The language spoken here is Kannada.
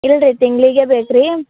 ಇಲ್ಲ ರೀ ತಿಂಗಳಿಗೆ ಬೇಕು ರೀ